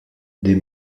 des